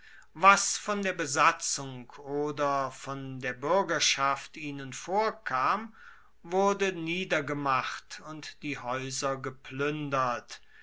was von der besatzung oder von der buergerschaft ihnen vorkam wurde niedergemacht und die haeuser gepluendert